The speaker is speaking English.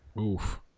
Oof